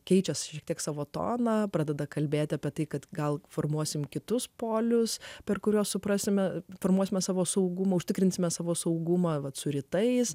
keičiasi tik savo toną pradeda kalbėti apie tai kad gal formuosime kitus polius per kuriuos suprasime formuosime savo saugumą užtikrinsime savo saugumą vat su r